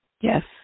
Yes